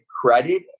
credit